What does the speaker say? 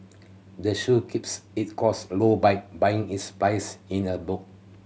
the shop keeps its cost low by buying its supplies in a bulk